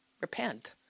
repent